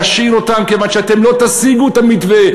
להשאיר אותם, כיוון שאתם לא תשיגו את המתווה.